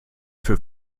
für